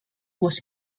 was